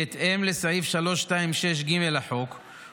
בהתאם לסעיף 326(ג) לחוק,